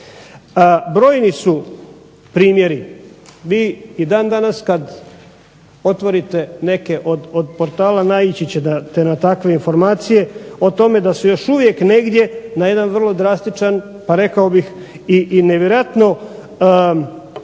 Brojni su primjeri, vi i dan danas kad otvorite neke od portala naići ćete na takve informacije o tome da su još uvijek negdje na jedan vrlo drastičan, pa rekao bih i nevjerojatno